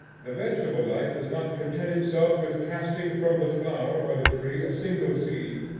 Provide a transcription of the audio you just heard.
the vegetable life does not content itself with casting from the flower or the tree a single seed,